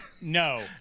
No